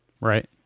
Right